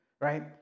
right